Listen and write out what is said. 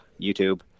YouTube